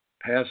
pass